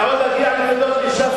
אני עוד אגיע להודות לש"ס,